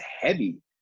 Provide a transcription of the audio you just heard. heavy